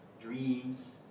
dreams